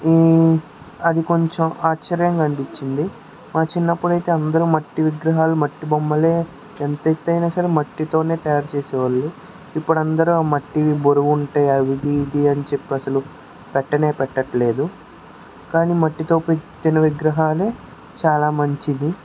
అది కొంచెం ఆశ్చర్యంగా అనిపించింది మా చిన్నపుడైతే అందరు మట్టి విగ్రహాలు మట్టి బొమ్మలే ఎంత ఎత్తయిన సరే మట్టితోనే తయారు చేసేవాళ్ళు ఇప్పుడందరూ ఆ మట్టివి బరువుంటాయి అది ఇది అని చెప్పి అసలు పెట్టనే పెట్టట్లేదు కాని మట్టితో పెట్టిన విగ్రహాలే చాలా మంచిది